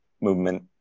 movement